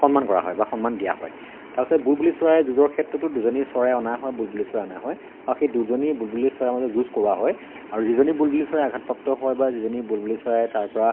সন্মান কৰা হয় বা সন্মান দিয়া হয় তাৰ পিছত বুলবুলি চৰাইৰ যুঁজৰ ক্ষেত্ৰতো দুজনী চৰাই অনা হয় বুলবুলি চৰাই অনা হয় আউ সেই দুজনী বুলবুলি চৰাইৰ মাজত যুঁজ কৰোৱা হয় আৰু যিজনী বুলবুলি চৰাই আঘাতপ্ৰাপ্ত হয় বা যিজনী বুলবুলি চৰায়ে তাৰ পৰা